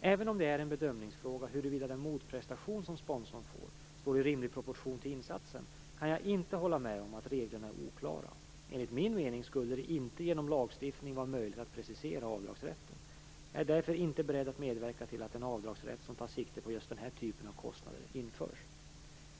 Även om det är en bedömningsfråga huruvida den motprestation som sponsorn får står i rimlig proportion till insatsen kan jag inte hålla med om att reglerna är oklara. Enligt min mening skulle det inte genom lagstiftning vara möjligt att precisera avdragsrätten. Jag är därför inte beredd att medverka till att en avdragsrätt som tar sikte på just den här typen av kostnader införs.